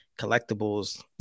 collectibles